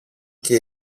και